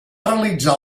realitzar